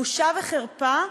בושה וחרפה.